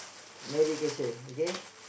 medication okay